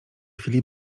chwili